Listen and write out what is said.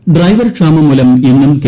C driver ക്ഷാമം മൂലം ഇന്നും കെ